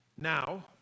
Now